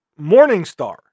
Morningstar